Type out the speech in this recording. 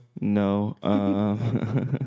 No